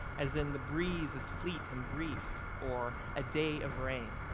as in the breeze is fleet and brief or a day of rain.